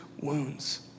wounds